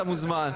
אתה מוזמן.